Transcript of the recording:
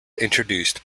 introduced